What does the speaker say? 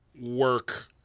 work